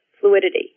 fluidity